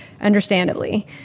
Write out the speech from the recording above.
understandably